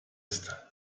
ist